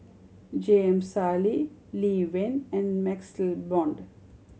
J M Sali Lee Wen and MaxLe Blond